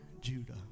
Judah